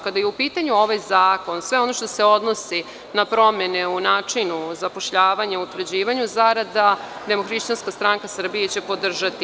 Kada je u pitanju ovaj zakon, sve ono što se odnosi na promene u načinu zapošljavanja, utvrđivanju zarada, DHSD će podržati.